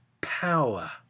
power